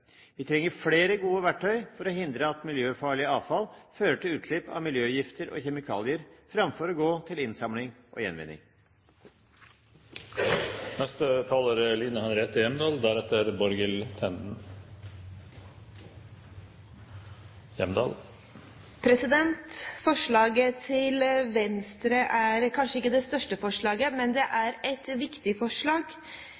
Vi trenger flere gode verktøy for å hindre at miljøfarlig avfall fører til utslipp av miljøgifter og kjemikalier, framfor å gå til innsamling og gjenvinning. Forslaget til Venstre er kanskje ikke det største forslaget, men det er et viktig forslag – et viktig forslag om noe som vi alle er borti i hverdagen vår. For det